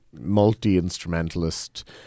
multi-instrumentalist